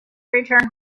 return